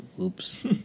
oops